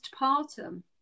postpartum